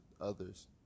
others